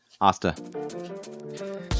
Asta